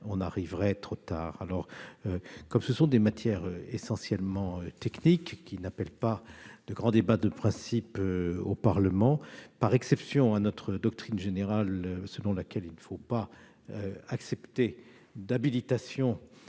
on arriverait trop tard. Comme ce sont des matières essentiellement techniques qui n'appellent pas de grand débat de principe au Parlement, par exception à notre doctrine générale selon laquelle il ne faut pas accepter d'habilitation